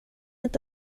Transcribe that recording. inte